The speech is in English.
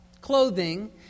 clothing